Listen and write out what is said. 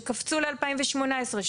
שקפצו ל-2018,